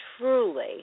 truly